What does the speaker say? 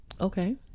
okay